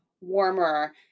warmer